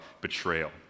betrayal